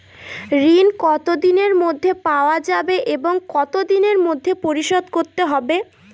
ঋণ কতদিনের মধ্যে পাওয়া যাবে এবং কত দিনের মধ্যে পরিশোধ করতে হবে?